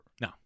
No